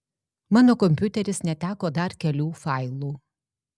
mano kompiuteris neteko dar kelių failų